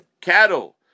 cattle